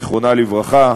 זיכרונה לברכה,